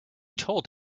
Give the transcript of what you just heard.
told